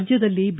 ರಾಜ್ಯದಲ್ಲಿ ಬಿ